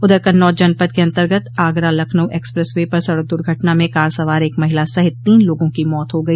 उधर कन्नौज जनपद के अन्तर्गत आगरा लखनऊ एक्सप्रेसवे पर सड़क दुर्घटना में कार सवार एक महिला सहित तीन लोगों की मौत हो गई